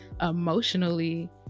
emotionally